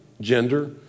Gender